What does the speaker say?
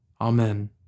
Amen